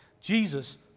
Jesus